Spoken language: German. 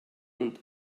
und